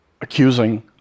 Accusing